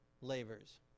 lavers